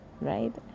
right